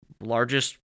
largest